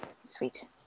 Sweet